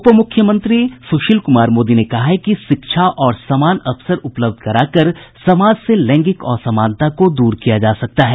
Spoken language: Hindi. उप मुख्यमंत्री सुशील कुमार मोदी ने कहा है कि शिक्षा और समान अवसर उपलब्ध कराकर समाज से लैगिंक असमानता को दूर किया जा सकता है